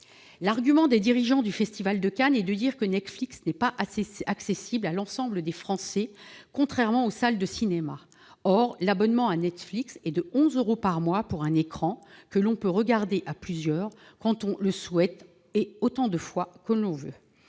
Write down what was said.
Netflix,. Les dirigeants du Festival de Cannes arguent que Netflix n'est pas accessible à l'ensemble des Français, contrairement aux salles de cinéma, mais l'abonnement à Netflix coûte 11 euros par mois, pour un écran que l'on peut regarder à plusieurs, quand on le souhaite et autant de fois qu'on le